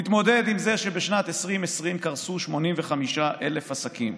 תתמודד עם זה שבשנת 2020 קרסו 85,000 עסקים,